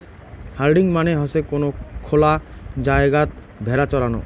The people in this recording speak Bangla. হার্ডিং মানে হসে কোন খোলা জায়গাত ভেড়া চরানো